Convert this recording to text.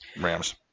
Rams